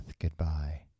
Goodbye